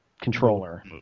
Controller